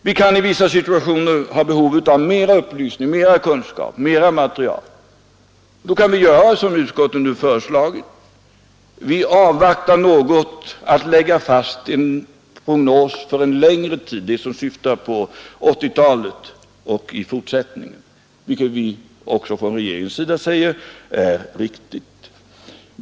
Vi kan i vissa situationer ha behov av mera upplysning, mera kunskap, mera material. Då kan vi göra som utskottet nu föreslagit: vi avvaktar något att lägga fast en prognos för en längre tid — den som syftar på 1980-talet och fortsättningen — vilket vi från regeringens sida också säger är riktigt.